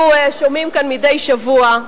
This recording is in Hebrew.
כשאנחנו שומעים כאן מדי שבוע,